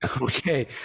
Okay